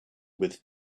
with